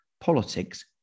Politics